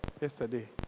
yesterday